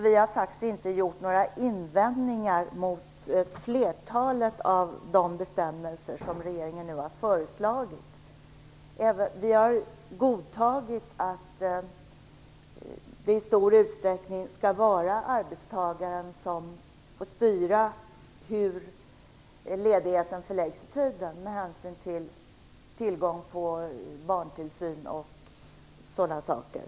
Vi har faktiskt inte gjort några invändningar mot flertalet av de bestämmelser som regeringen nu har föreslagit. Vi har godtagit att det i stor utsträckning skall vara arbetstagaren som får styra hur ledigheten förläggs i tiden med hänsyn t.ex. till tillgång på barntillsyn.